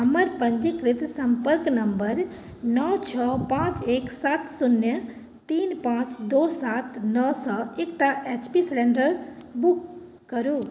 हमर पञ्जीकृत सम्पर्क नम्बर नओ छओ पाँच एक सात शून्य तीन पाँच दुइ सात नओसँ एकटा एच पी सिलिण्डर बुक करू